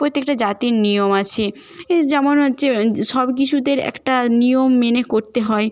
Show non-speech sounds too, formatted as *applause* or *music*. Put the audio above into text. প্রত্যেকটা জাতির নিয়ম আছে *unintelligible* যেমন হচ্ছে সব কিছুতে একটা নিয়ম মেনে করতে হয়